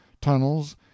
tunnels